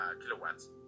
kilowatts